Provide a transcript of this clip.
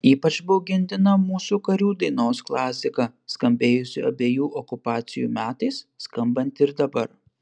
ypač baugintina mūsų karių dainos klasika skambėjusi abiejų okupacijų metais skambanti ir dabar